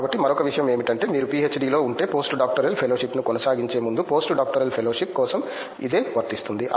కాబట్టి మరొక ఇషయమేమిటంటే మీరు పీహెచ్డీలో ఉంటే పోస్ట్ డాక్టోరల్ ఫెలోషిప్ను కొనసాగించే ముందు పోస్ట్ డాక్టోరల్ ఫెలోషిప్ కోసం ఇదే వర్తిస్తుంది